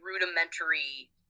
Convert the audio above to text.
rudimentary